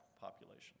population